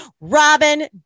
Robin